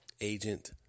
agent